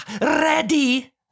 ready